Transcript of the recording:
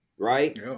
Right